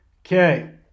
Okay